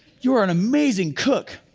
you are an amazing cook.